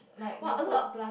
!wah! a lot